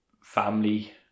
family